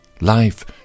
Life